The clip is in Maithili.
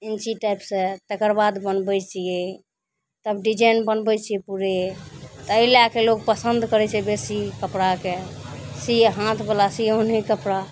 इञ्चीटेपसे तकर बाद बनबै छिए तब डिजाइन बनबै छिए पूरे तऽ एहि लैके लोक पसन्द करै छै बेसी कपड़ाके सिअऽ हाथवला सिऔने कपड़ा